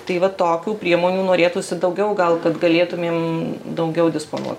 tai va tokių priemonių norėtųsi daugiau gal kad galėtumėm daugiau disponuot